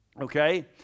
okay